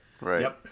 right